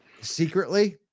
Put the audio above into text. secretly